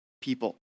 people